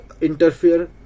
interfere